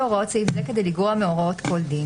מה לעשות,